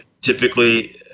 typically